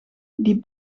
die